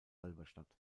halberstadt